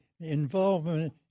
involvement